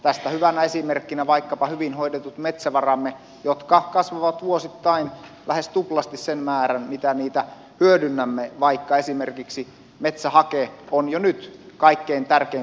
tästä hyvänä esimerkkinä ovat vaikkapa hyvin hoidetut metsävaramme jotka kasvavat vuosittain lähes tuplasti sen määrän mitä niitä hyödynnämme vaikka esimerkiksi metsähake on jo nyt kaikkein tärkein primäärienergian lähteemme